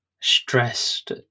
stressed